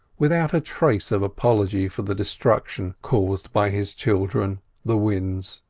without a trace of apology for the destruction caused by his children the winds.